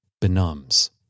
benumbs